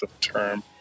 term